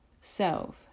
self